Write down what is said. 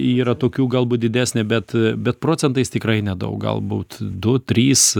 yra tokių galbūt didesnė bet bet procentais tikrai nedaug galbūt du trys